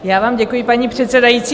Já vám děkuji, paní předsedající.